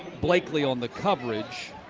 blakely on the coverage.